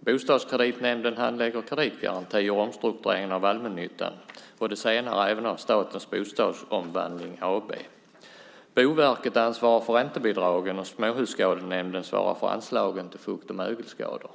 Bostadskreditnämnden handlägger kreditgarantier och omstruktureringen av allmännyttan. Det senare görs även av Statens Bostadsomvandling AB. Boverket ansvarar för räntebidragen, och Småhusskadenämnden svarar för anslagen till fukt och mögelskador.